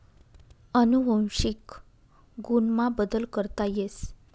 अनुवंशिक गुण मा बदल करता येस